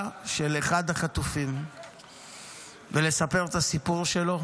של אחד החטופים ולספר את הסיפור שלו.